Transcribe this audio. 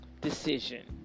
decision